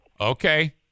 Okay